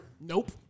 Nope